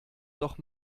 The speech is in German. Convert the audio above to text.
doch